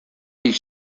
hitz